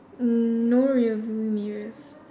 mm no rear view mirrors